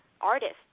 artists